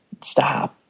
stop